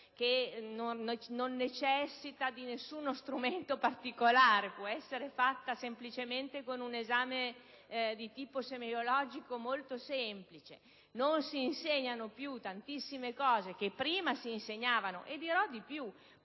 che non necessita di alcuno strumento particolare, ma semplicemente di un esame di tipo semeiologico. Non si insegnano più tantissime cose che prima si insegnavano e, dirò di più,